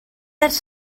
ers